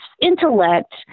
intellect